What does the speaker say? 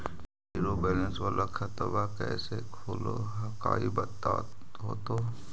Zero balance वाला खतवा कैसे खुलो हकाई बताहो तो?